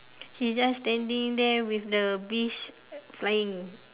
he just standing there with the bees flying